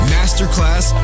Masterclass